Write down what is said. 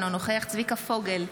אינו נוכח צביקה פוגל,